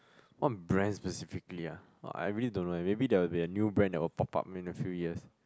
what brands specifically ah !wah! I really don't know eh maybe there will be a new brand that will pop up in a few years